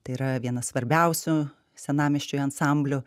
tai yra vienas svarbiausių senamiesčiui ansamblių